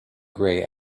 grey